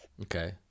Okay